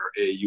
AU